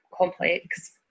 complex